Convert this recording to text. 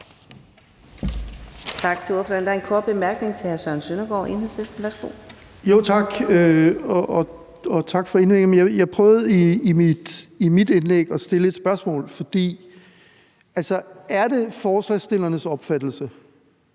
Tak til ordføreren. Der er en kort bemærkning fra hr. Søren Søndergaard, Enhedslisten. Værsgo. Kl. 17:12 Søren Søndergaard (EL): Tak, og tak for indlægget. Jeg prøvede i mit indlæg at stille et spørgsmål: Er det forslagsstillernes opfattelse,